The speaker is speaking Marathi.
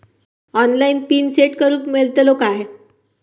ऑनलाइन पिन सेट करूक मेलतलो काय?